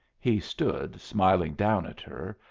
he stood smiling down at her,